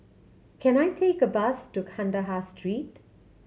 can I take a bus to Kandahar Street